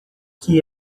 que